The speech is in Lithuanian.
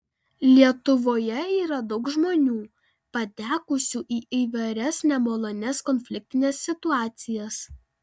lietuvoje yra daug žmonių patekusių į įvairias nemalonias konfliktines situacijas